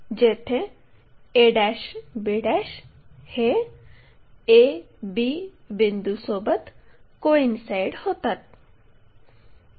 जेथे a b हे a b बिंदूसोबत कोईनसाईड होतात